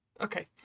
Okay